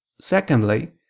Secondly